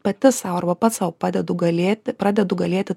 pati sau arba pats sau padedu galėti pradedu galėti